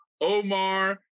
Omar